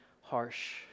harsh